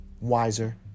wiser